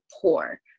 poor